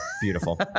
Beautiful